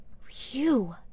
Phew